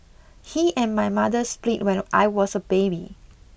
he and my mother split when I was a baby